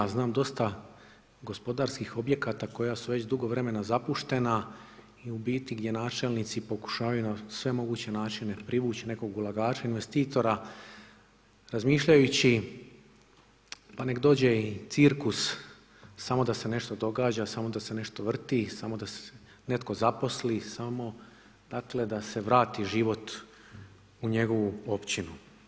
Znam dosta gospodarskih objekata koja su već dugo vremena zapuštena i u biti gdje načelnici pokušavaju na sve moguće načine privući nekog ulagača, investitora razmišljajući pa neka dođe i cirkus samo da se nešto događa, samo da se nešto vrti, samo da se netko zaposli, samo dakle da se vrati život u njegovu općinu.